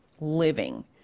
living